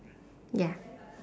ya